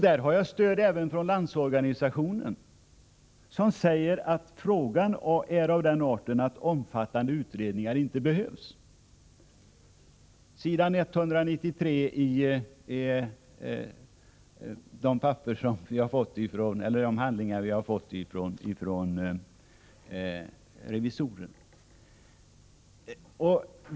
Där har jag stöd även från Landsorganisationen, som säger att frågan är av den arten att omfattande utredningar inte behövs; det står på s. 193 i de handlingar som vi har fått från revisorerna.